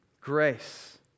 Grace